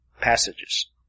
passages